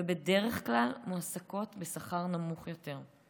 ובדרך כלל מועסקות בשכר נמוך יותר.